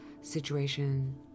situation